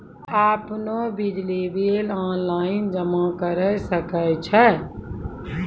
आपनौ बिजली bill online जमा करै सकै छौ?